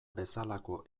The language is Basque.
bezalako